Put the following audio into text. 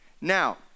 Now